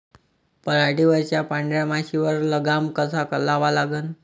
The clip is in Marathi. पराटीवरच्या पांढऱ्या माशीवर लगाम कसा लावा लागन?